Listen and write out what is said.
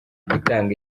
gutanga